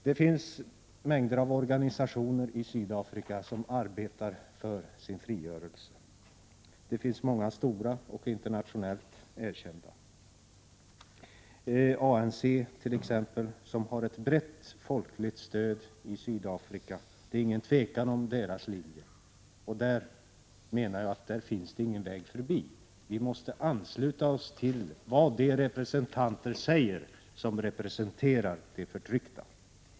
Det finns många stora och internationellt erkända organisationer som arbetar för frigörelse i Sydafrika. ANC t.ex. har ett brett folkligt stöd i Sydafrika. Det råder inget tvivel om ANC:s linje. Där finns det ingen väg förbi. Vi måste lyssna på vad de som representerar de förtryckta säger och ansluta oss till dem.